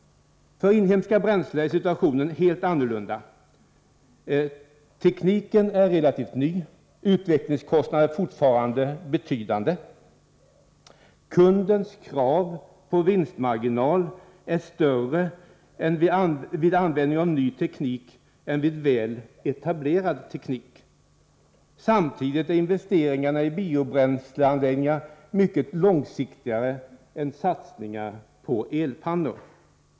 För inhemska bränslen är situationen helt annorlunda. Tekniken är relativt ny, och utvecklingskostnaderna är fortfarande betydande. Kundens krav på vinstmarginal är större vid användning av ny teknik än när det gäller väl etablerad teknik. Samtidigt är investeringarna i biobränsleanläggningar mycket långsiktigare än satsningar på elpannor.